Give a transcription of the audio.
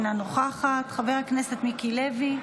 אינה נוכחת, חבר הכנסת מיקי לוי,